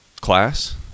class